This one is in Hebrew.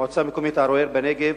המועצה המקומית ערוער בנגב